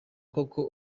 koko